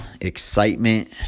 excitement